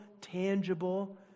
tangible